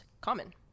common